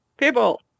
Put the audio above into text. people